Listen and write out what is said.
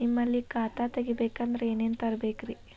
ನಿಮ್ಮಲ್ಲಿ ಖಾತಾ ತೆಗಿಬೇಕಂದ್ರ ಏನೇನ ತರಬೇಕ್ರಿ?